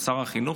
זה שר החינוך,